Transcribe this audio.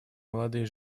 молодые